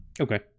Okay